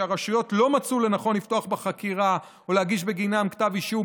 שהרשויות לא מצאו לנכון לפתוח בחקירה ולהגיש בגינם כתב אישום,